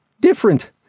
different